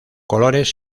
colores